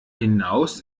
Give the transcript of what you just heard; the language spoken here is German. hinaus